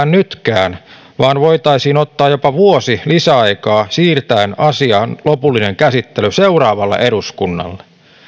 nytkään vaan voitaisiin ottaa jopa vuosi lisäaikaa siirtäen asian lopullinen käsittely seuraavalle eduskunnalle